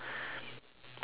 six more minutes